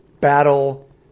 battle